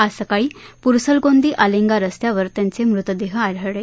आज सकाळी प्रसलगोंदी आलेंगा रस्त्यावर त्यांचे मृतदेह आढळले